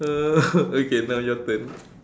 uh okay now your turn